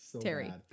Terry